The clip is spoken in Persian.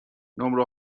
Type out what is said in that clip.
نمره